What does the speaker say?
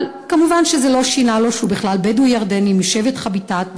אבל כמובן שזה לא שינה לו שהוא בכלל בדואי ירדני משבט חוויטאת,